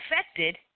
affected